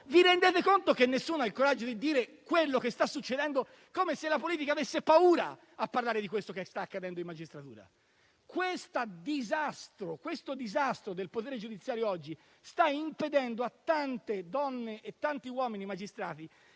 Vi rendete conto che nessuno ha il coraggio di dire quello che sta succedendo, come se la politica avesse paura a parlare di ciò che sta accadendo in magistratura? Questo disastro del potere giudiziario oggi sta impedendo a tante donne e a tanti uomini magistrati